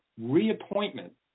reappointment